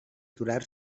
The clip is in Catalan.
aturar